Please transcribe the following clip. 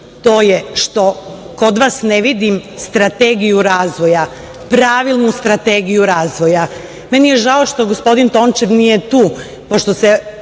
muči, što kod vas ne vidim strategiju, pravilnu strategiju razvoja i meni je žao što gospodin Tončev nije tu, pošto se